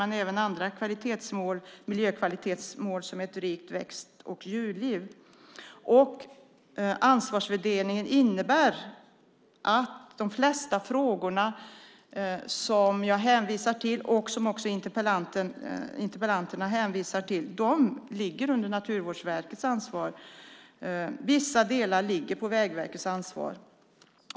Men de har även ansvaret för andra miljökvalitetsmål som Ett rikt växt och djurliv. Ansvarsfördelningen innebär att de flesta frågor som jag hänvisar till, och som också interpellanterna hänvisar till, ligger under Naturvårdsverkets ansvar. Vissa delar ligger under Vägverkets ansvar.